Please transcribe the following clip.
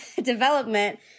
development